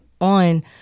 on